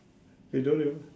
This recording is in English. you don't even